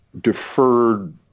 deferred